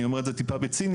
אני אומר את זה טיפה בציניות,